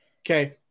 Okay